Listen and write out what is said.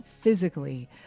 physically